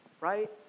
right